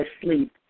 sleep